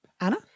Anna